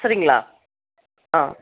சரிங்களா ஆ